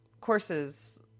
courses